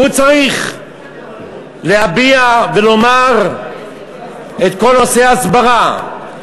שהוא צריך להביע ולומר את כל נושא ההסברה,